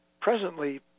presently